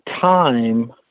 time